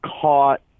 caught